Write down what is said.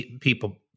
people